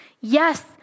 Yes